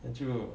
then 就